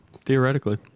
theoretically